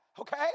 okay